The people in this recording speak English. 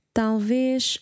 talvez